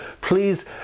please